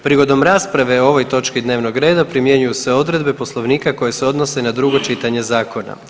Prigodom rasprave o ovoj točki dnevnog reda primjenjuju se odredbe Poslovnika koje se odnose na drugo čitanje zakona.